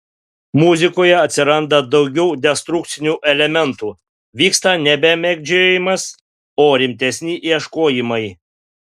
muzikoje atsiranda daugiau destrukcinių elementų vyksta nebe mėgdžiojimas o rimtesni ieškojimai